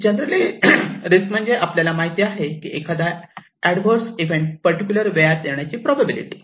generally risk म्हणजे आपल्याला माहिती आहेत की एखादा ऍडव्हर्से इव्हेंट पर्टिक्युलर वेळात येण्याची प्रोबॅबिलिटी